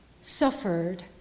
suffered